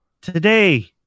Today